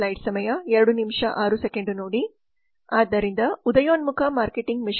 ಆದ್ದರಿಂದ ಉದಯೋನ್ಮುಖ ಮಾರ್ಕೆಟಿಂಗ್ ಮಿಶ್ರಣ